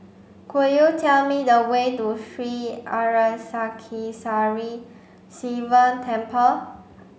could you tell me the way to Sri Arasakesari Sivan Temple